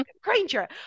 Granger